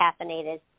caffeinated